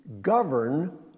Govern